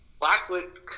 Blackwood